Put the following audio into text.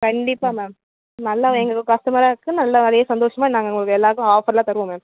கண்டிப்பாக மேம் நல்லா எங்கள் கஸ்டமராக இருக்கு நல்லா அதே சந்தோஷமாக நாங்கள் உங்களுக்கு எல்லோருக்கும் ஆஃபரெலாம் தருவோம் மேம்